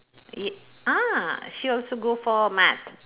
y~ ah she also go for math